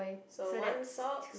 so one socks